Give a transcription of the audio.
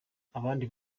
abandi